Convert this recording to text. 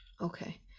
okay